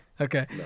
Okay